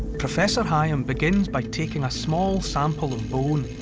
professor higham begins by taking a small sample of bone.